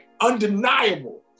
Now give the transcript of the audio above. undeniable